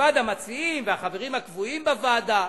מלבד המציעים והחברים הקבועים בוועדה.